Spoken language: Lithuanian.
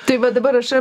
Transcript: tai va dabar aš